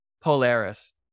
polaris